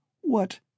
what